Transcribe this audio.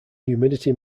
humidity